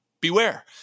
beware